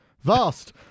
vast